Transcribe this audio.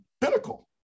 Pinnacle